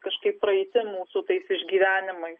kažkaip praeitim mūsų tais išgyvenimais